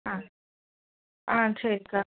ஆ ஆ சரிக்கா